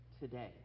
today